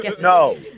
No